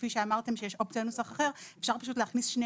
כפי שאמרתם שיש אופציה לנוסח אחר; אפשר להכניס שני